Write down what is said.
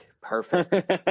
Perfect